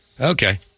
okay